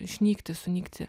išnykti sunykti